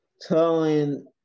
telling